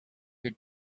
your